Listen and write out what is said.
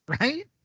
right